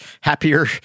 happier